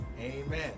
Amen